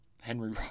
Henry